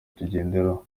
tugenderaho